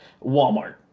Walmart